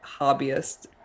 hobbyist